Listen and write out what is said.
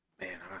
man